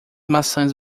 maçãs